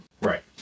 right